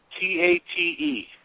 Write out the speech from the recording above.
T-A-T-E